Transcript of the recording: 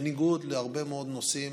בניגוד להרבה מאוד נושאים